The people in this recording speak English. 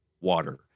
water